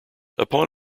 upon